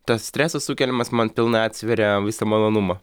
tas stresas sukeliamas man pilnai atsveria visą malonumą